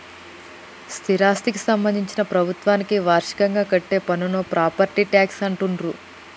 స్థిరాస్థికి సంబంధించి ప్రభుత్వానికి వార్షికంగా కట్టే పన్నును ప్రాపర్టీ ట్యాక్స్ అంటుండ్రు